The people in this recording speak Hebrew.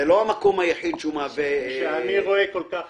זה לא המקום היחיד שמהווה --- כשאני רואה כל כך